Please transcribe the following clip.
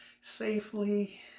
safely